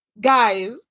guys